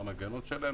מה המנגנון שלהם,